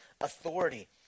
authority